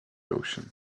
ocean